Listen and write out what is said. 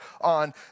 on